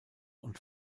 und